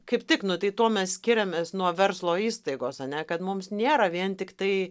kaip tik nu tai tuo mes skiriamės nuo verslo įstaigos ane kad mums nėra vien tiktai